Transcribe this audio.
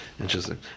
interesting